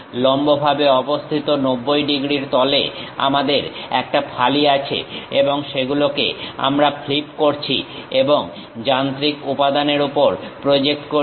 লম্বভাবে অবস্থিত 90 ডিগ্রীর তলে আমাদের একটা ফালি আছে এবং সেগুলোকে আমরা ফ্লিপ করছি এবং যান্ত্রিক উপাদানের উপর প্রজেক্ট করছি